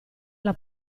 alla